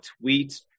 tweet